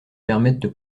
permettent